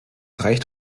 reicht